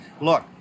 look